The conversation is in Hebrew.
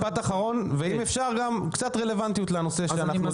משפט אחרון ואם אפשר גם קצת רלוונטיות לנושא.